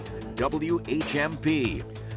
WHMP